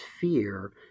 fear